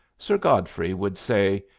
sir godfrey would say,